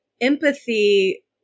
empathy